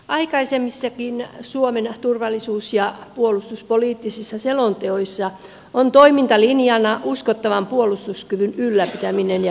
aikaisemmissakin suomen turvallisuus ja puolustuspoliittisissa selonteoissa on toimintalinjana uskottavan puolustuskyvyn ylläpitäminen ja kehittäminen